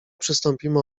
przystąpimy